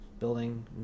Building